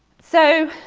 so